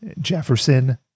Jefferson